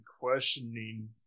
questioning